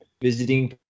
visiting